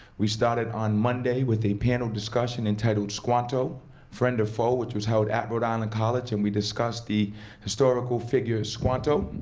we started on monday with a panel discussion entitled, squanto friend of foe, which was held at rhode island college. and we discussed the historical figure of squanto,